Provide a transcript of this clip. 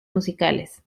musicales